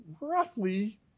roughly